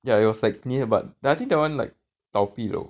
ya it was like near but I think that one like 倒闭 loh